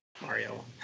Mario